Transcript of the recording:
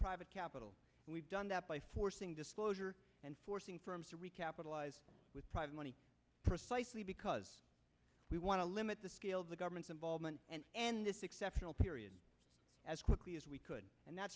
private capital and we've done that by forcing disclosure and forcing firms to recapitalize with private money precisely because we want to limit the scale of the government's involvement and end this exceptional period as quickly as we could and that